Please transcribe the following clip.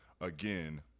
again